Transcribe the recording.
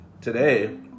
today